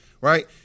right